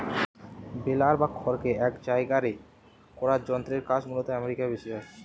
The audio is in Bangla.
বেলার বা খড়কে এক জায়গারে করার যন্ত্রের কাজ মূলতঃ আমেরিকায় বেশি হয়